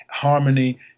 harmony